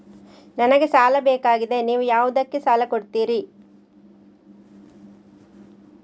ನನಗೆ ಸಾಲ ಬೇಕಾಗಿದೆ, ನೀವು ಯಾವುದಕ್ಕೆ ಸಾಲ ಕೊಡ್ತೀರಿ?